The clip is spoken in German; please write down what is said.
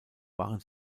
waren